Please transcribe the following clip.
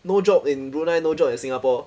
no job in Brunei no job in Singapore